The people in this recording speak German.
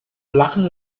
flachen